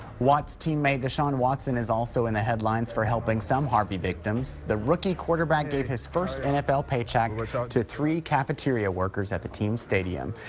watt's teammate deshaun watson is also in the headlines for helping some harvey victims the rookie quarterback gave his first nfl paycheck to three cafeteria workers at the team's stadium.